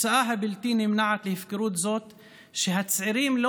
התוצאה הבלתי-נמנעת של הפקרות זו היא שהצעירים לא